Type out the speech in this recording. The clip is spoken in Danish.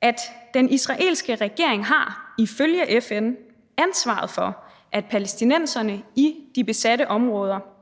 at den israelske regering ifølge FN har ansvaret for, at palæstinenserne i de besatte områder